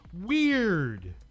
Weird